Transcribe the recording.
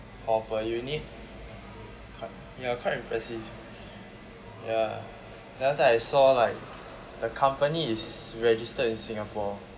for per unit q~ quite ya quite impressive ya the other time I saw like the company is registered in singapore